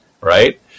right